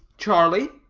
charlie,